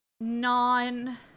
non